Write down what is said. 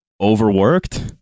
overworked